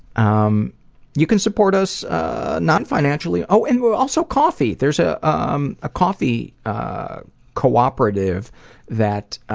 um you can support us ah non-financially, oh, and we're also, coffee. there's a um ah coffee co-operative that